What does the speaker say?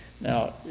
Now